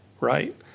right